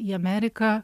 į ameriką